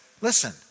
listen